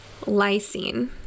lysine